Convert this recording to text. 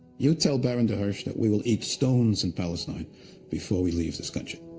you tell baron de hirsch that we will eat stones in palestine before we leave this country.